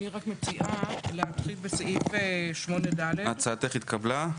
אני מציעה להתחיל בסעיף 8ד. הצעתך התקבלה.